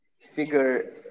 figure